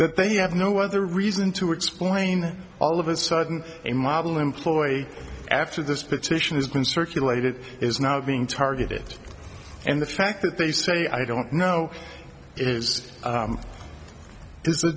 that they have no other reason to explain all of a sudden a model employee after this petition has been circulated is now being targeted and the fact that they say i don't know is